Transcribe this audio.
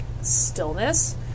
stillness